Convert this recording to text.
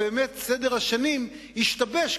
ובאמת סדר השנים השתבש,